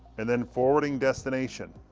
and then forwarding destination.